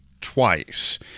twice